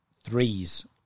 threes